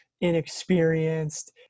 inexperienced